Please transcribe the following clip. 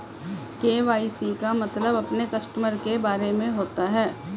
KYC का मतलब अपने कस्टमर के बारे में होता है